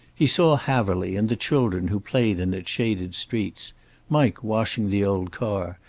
he saw haverly, and the children who played in its shaded streets mike washing the old car,